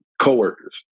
coworkers